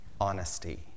honesty